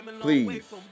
please